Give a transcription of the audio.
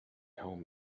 home